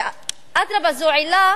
ואדרבה, זו עילה